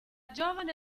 giovane